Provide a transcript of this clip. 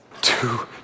Two